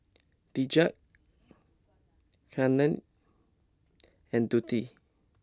Deja Kandy and Deante